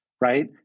Right